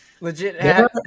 Legit